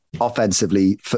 offensively